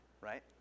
right